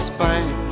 Spain